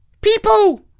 people